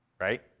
right